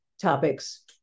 topics